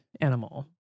animal